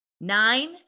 Nine